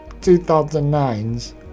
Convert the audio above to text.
2009's